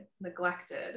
neglected